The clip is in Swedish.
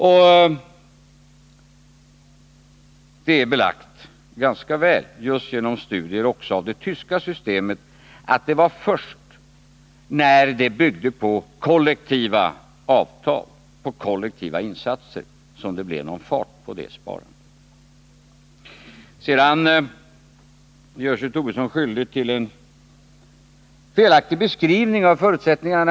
Och det är belagt ganska väl just genom studier också av det tyska systemet att det var först när det byggde på kollektiva avtal och kollektiva insatser som det blev någon fart på det sparandet. Sedan gör sig Lars Tobisson skyldig till en felaktig beskrivning av förutsättningarna.